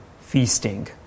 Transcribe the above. feasting